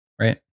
right